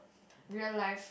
real life